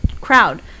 crowd